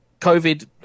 COVID